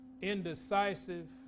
indecisive